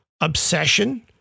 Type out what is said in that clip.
obsession